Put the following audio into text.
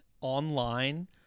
online